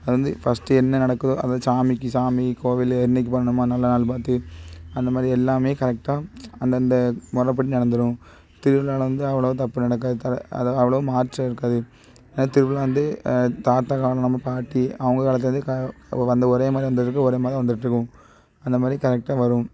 அது வந்து ஃபர்ஸ்ட்டு என்ன நடக்குதோ அதை சாமிக்கு சாமி கோவில் இன்னிக்கு பண்ணம்மா நல்ல நாள் பார்த்து அந்த மாதிரி எல்லாமே கரெக்டாக அந்த அந்த முற படி நடந்துரும் திருவிழாவில வந்து அவ்வளோவா தப்பு நடக்காது தலை அது அவ்வளோவா மாற்றம் இருக்காது திருவிழா வந்து தாத்தா காலம் நம்ம பாட்டி அவங்க காலத்தில் இருந்தே கா அப்போ அந்த ஒரே மாதிரியே வந்துருக்கு ஒரே மாதிரி தான் வந்துட்டுருக்கும் அந்த மாதிரி கரெக்டாக வரும்